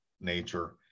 nature